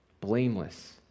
blameless